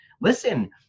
listen